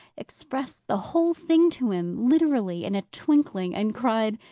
expressed the whole thing to him, literally in a twinkling, and cried,